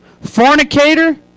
fornicator